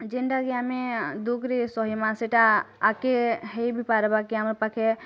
ଯେନ୍ଟା କି ଆମେ ଦୁଃଖ ରେ ସହିମା ସେଇଟା ଆଗ୍କେ ହେଇବି ପାର୍ବା କି ଆମର୍ ପାଖେ